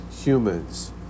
Humans